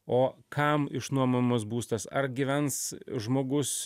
o kam išnuomojamas būstas ar gyvens žmogus